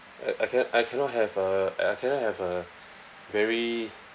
I I can~ I cannot have uh I cannot have a very